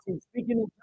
speaking